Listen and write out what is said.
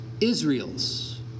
Israels